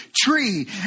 tree